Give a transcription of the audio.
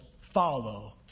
follow